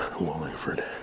Wallingford